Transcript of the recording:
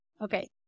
Okay